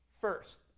First